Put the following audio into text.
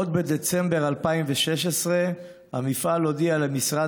עוד בדצמבר 2016 המפעל הודיע למשרד